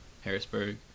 Harrisburg